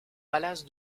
palace